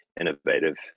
innovative